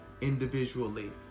individually